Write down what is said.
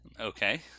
Okay